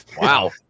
Wow